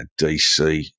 DC